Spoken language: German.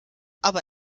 aber